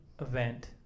event